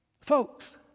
Folks